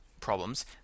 problems